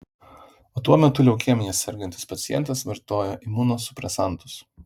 o tuo metu leukemija sergantis pacientas vartoja imunosupresantus